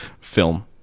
film